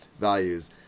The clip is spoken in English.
values